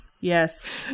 Yes